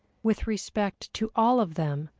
with respect to all of them,